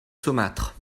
saumâtre